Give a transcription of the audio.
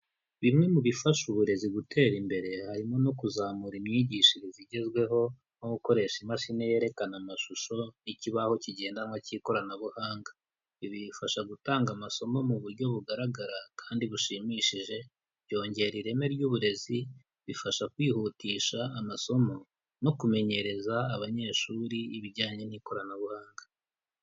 Bimwe mu bifasha uburezi gutera imbere, harimo no kuzamura imyigishirize igezweho, nko gukoresha imashini yerekana amashusho, ikibaho kigendanwa cy'ikoranabuhanga. Ibi bifasha gutanga amasomo mu buryo bugaragara kandi bushimishije, byongera ireme ry'uburezi, bifasha kwihutisha amasomo, no kumenyereza abanyeshuri ibijyanye n'ikoranabuhanga.